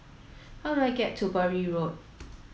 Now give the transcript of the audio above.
how do I get to Bury Road